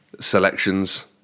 selections